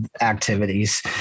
activities